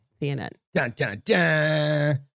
CNN